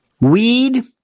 Weed